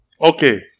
okay